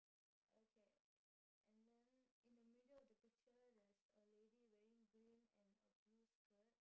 okay and then in the middle of the picture there's a lady wearing green and a blue skirt